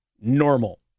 normal